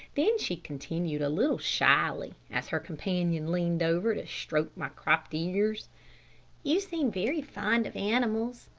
then she continued a little shyly, as her companion leaned over to stroke my cropped ears you seem very fond of animals.